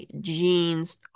genes